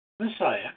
Messiah